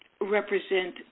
represent